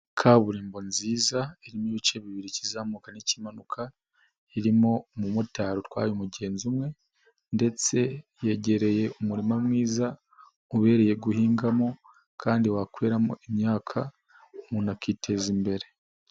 Kaburimbo nziza irimo ibice bibiri ikizamuka n'ikimanuka, irimo umumotari utwaye umugenzi umwe ndetse yegereye umurima mwiza, ubereye guhingamo kandi wakweramo imyaka umuntu akiteza imbere.